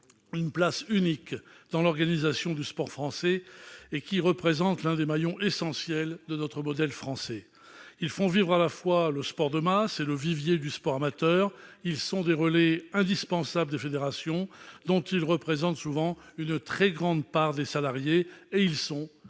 une place unique dans l'organisation du sport français et représentent l'un des maillons essentiels de notre modèle sportif. Ils font vivre à la fois le sport de masse et le vivier du sport amateur, ils sont des relais indispensables des fédérations, dont ils constituent souvent une très grande part des salariés, et ils sont